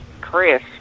Chris